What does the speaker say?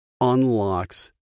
unlocks